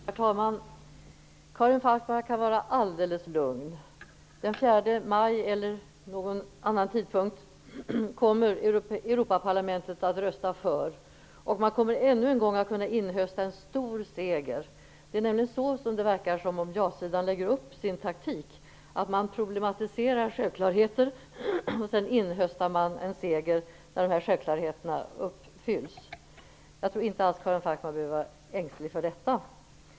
Herr talman! Karin Falkmer kan vara alldeles lugn. Den 4 maj eller vid någon annan tidpunkt kommer Europaparlamentet att rösta ja. Ännu en gång har man planerat att inhösta en stor seger. Det verkar nämligen som att ja-sidan lägger upp sin taktik så, att man problematiserar självklarheter och sedan inhöstar en seger när dessa självklarheter uppfylls. Jag tror inte att Karin Falkmer behöver vara ängslig för detta.